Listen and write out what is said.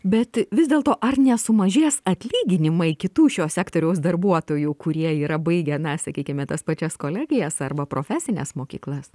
bet vis dėlto ar nesumažės atlyginimai kitų šio sektoriaus darbuotojų kurie yra baigę na sakykime tas pačias kolegijas arba profesines mokyklas